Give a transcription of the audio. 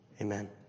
Amen